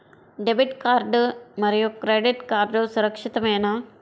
Debit card మరియు credit card సురక్షితమేనా?